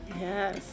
Yes